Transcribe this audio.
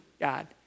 God